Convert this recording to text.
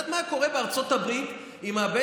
את יודעת מה היה קורה בארצות הברית אם בית